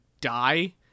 die